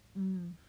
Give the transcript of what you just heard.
mm